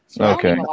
Okay